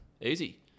Easy